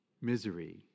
Misery